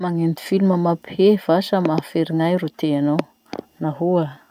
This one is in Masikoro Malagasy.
Magnenty filma mampihehy va sa mahaferignay ro teanao? Nahoa?